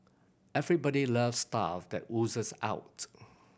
everybody loves stuff that oozes out